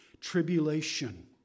tribulation